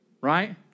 right